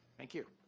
thank you.